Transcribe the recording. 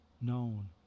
known